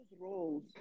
roles